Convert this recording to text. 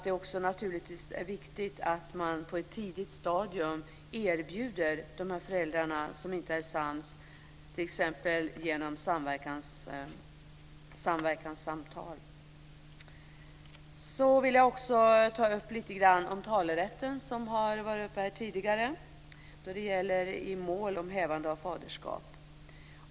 Det är naturligtvis viktigt att föräldrar som inte är sams på ett tidigt stadium erbjuds samverkanssamtal. Jag vill också ta upp lite grann om talerätten, som också har tagits upp här tidigare, i mål om hävande av faderskap.